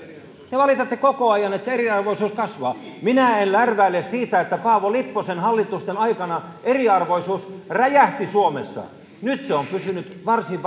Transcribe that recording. te valitatte koko ajan että eriarvoisuus kasvaa minä en lärväile siitä että paavo lipposen hallitusten aikana eriarvoisuus räjähti suomessa nyt se on pysynyt varsin